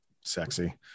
sexy